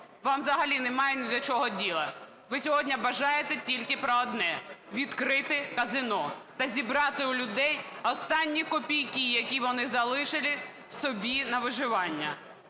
Вам взагалі немає ні до чого діла, ви сьогодні бажаєте тільки про одне – відкрити казино та зібрати у людей останні копійки, які вони залишили собі на виживання.